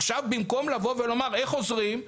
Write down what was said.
עכשיו, במקום לבוא ולומר איך עוזרים,